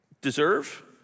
deserve